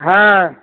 হ্যাঁ